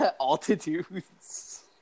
Altitudes